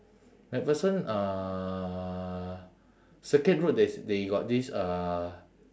macpherson uh circuit road there's they got this uh